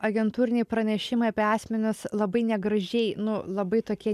agentūriniai pranešimai apie asmenis labai negražiai nu labai tokie